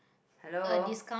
hello